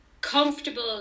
comfortable